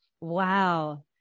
Wow